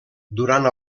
durant